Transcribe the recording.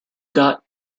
got